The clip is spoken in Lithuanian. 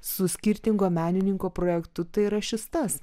su skirtingo menininko projektu tai yra šis tas